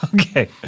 Okay